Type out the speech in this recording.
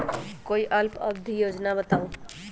कोई अल्प अवधि योजना बताऊ?